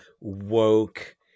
woke